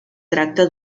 tracta